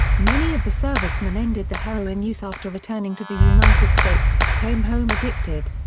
many of the servicemen ended the heroin use after returning to the united states but came home addicted.